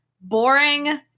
boring